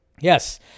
Yes